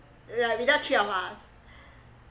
like without three of us